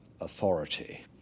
authority